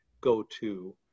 go-to